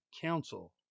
Council